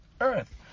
earth